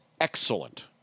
excellent